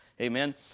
Amen